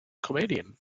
comedian